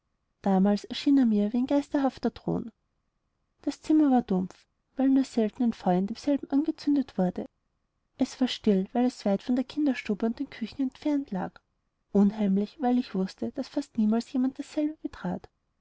damals erschien er mir wie ein geisterhafter thron das zimmer war dumpf weil nur selten ein feuer in demselben angezündet wurde es war still weil es weit von der kinderstube und den küchen entfernt lag unheimlich weil ich wußte daß fast niemals jemand dasselbe betrat